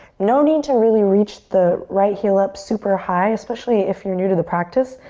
no need to really reach the right heel up super high, especially if you're new to the practice.